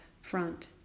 front